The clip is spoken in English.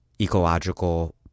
ecological